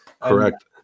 Correct